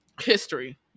History